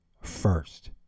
first